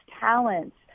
talents